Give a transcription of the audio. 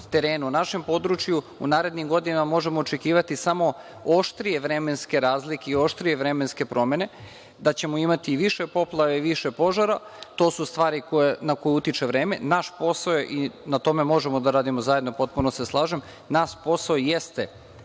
na našem području u narednim godinama možemo očekivati samo oštrije vremenske razlike i oštrije vremenske promene, i da ćemo imati i više poplava i više požara. To su stvari na koje utiče vreme. Naš posao je i na tome možemo da radimo zajedno, potpuno se slažem, naš posao jeste